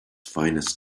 finest